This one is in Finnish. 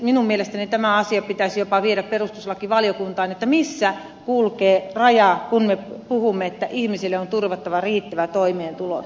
minun mielestäni tämä asia pitäisi jopa viedä perustuslakivaliokuntaan että missä kulkee raja kun me puhumme että ihmisille on turvattava riittävä toimeentulo